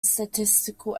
statistical